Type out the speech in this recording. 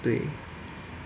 对